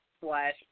slash